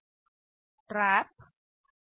TRAP RST 7